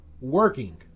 working